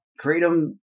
Kratom